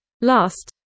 last